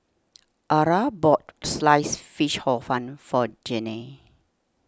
Arah bought Sliced Fish Hor Fun for Janene